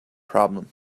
problem